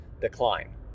decline